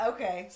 Okay